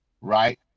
right